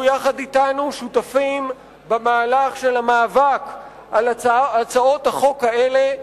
יחד אתנו שותפים במהלך של המאבק על הצעות החוק האלה,